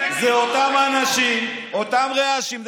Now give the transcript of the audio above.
זה אותם אנשים, אותם רעשים.